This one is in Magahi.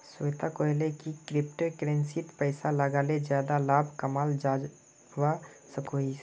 श्वेता कोहले की क्रिप्टो करेंसीत पैसा लगाले ज्यादा लाभ कमाल जवा सकोहिस